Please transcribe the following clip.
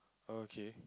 okay